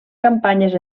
campanyes